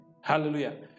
Hallelujah